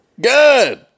Good